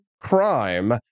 crime